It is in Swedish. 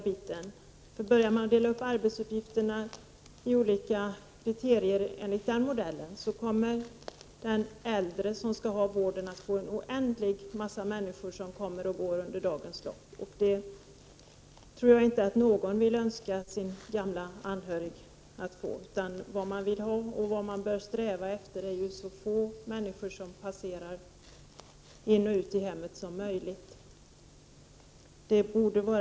Om man börjar dela upp arbetsuppgifterna enligt den modellen kommer de äldre som skall ha vården att få en otrolig massa människor som kommer och går under dagens lopp, och det tror jag inte att någon vill önska en gammal anhörig. Vad man vill ha och vad man bör sträva efter är att så få människor som möjligt skall passera genom hemmet.